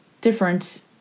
different